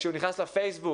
כשהוא נכנס לפייסבוק,